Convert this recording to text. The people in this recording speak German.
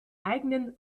eigenen